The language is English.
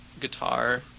guitar